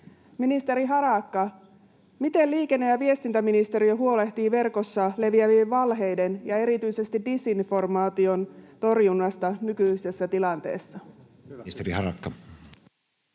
Ministeri Harakka: miten liikenne- ja viestintäministeriö huolehtii verkossa leviävien valheiden ja erityisesti disinformaation torjunnasta nykyisessä tilanteessa? Ministeri Harakka.